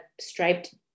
striped